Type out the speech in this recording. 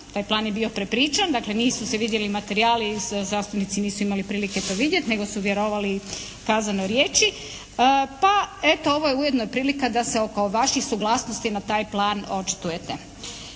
taj plan je bio prepričan, dakle nisu se vidjeli materijali, zastupnici nisu imali prilike to vidjeti, nego su vjerovali kazanoj riječi. Pa eto ovo je ujedno prilika da se oko vaših suglasnosti na taj plan očitujete.